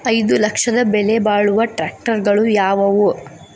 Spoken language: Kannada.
ಐದು ಲಕ್ಷದ ಬೆಲೆ ಬಾಳುವ ಟ್ರ್ಯಾಕ್ಟರಗಳು ಯಾವವು?